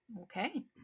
Okay